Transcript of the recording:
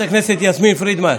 יסמין פרידמן,